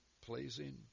pleasing